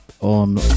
on